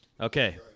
Okay